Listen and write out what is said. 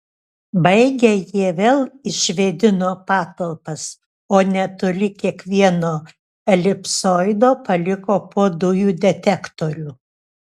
baigę jie vėl išvėdino patalpas o netoli kiekvieno elipsoido paliko po dujų detektorių